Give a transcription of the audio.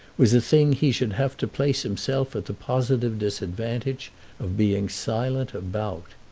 was a thing he should have to place himself at the positive disadvantage of being silent about.